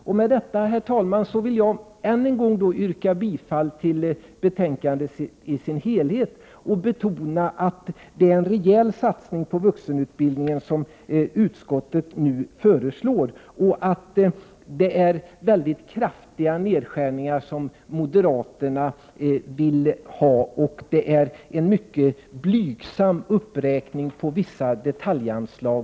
Med detta, herr talman, vill jag än en gång yrka bifall till utskottets hemställan i dess helhet. Jag vill betona att det är en rejäl satsning på vuxenutbildningen som utskottet nu föreslår. Moderaterna vill göra mycket kraftiga nedskärningar, medan några andra partier vill göra en mycket blygsam uppräkning av vissa detaljanslag.